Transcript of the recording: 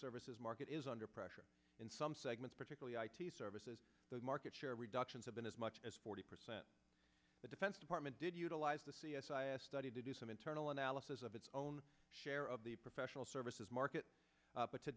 services market is under pressure in some segments particularly i t services those market share reductions have been as much as forty percent the defense department did utilize the c s i s study to do some internal analysis of its own share of the professional services market but to